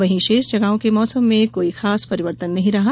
वहीं शेष जगहों के मौसम में कोई खास परिवर्तन नहीं रहा